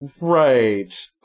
Right